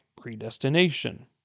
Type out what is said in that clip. predestination